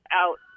out